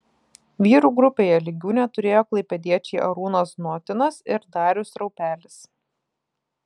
vyrų grupėje lygių neturėjo klaipėdiečiai arūnas znotinas ir darius raupelis